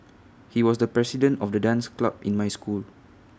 he was the president of the dance club in my school